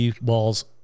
balls